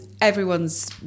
everyone's